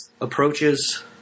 approaches